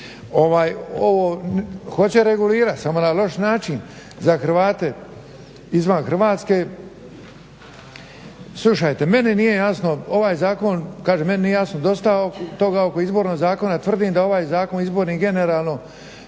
Ovo hoće regulirati samo na loš način za Hrvate izvan Hrvatske. Slušajte, meni nije jasno, kažem meni nije jasno dosta toga oko Izbornog zakona. Tvrdim da ovaj zakon izborni generalno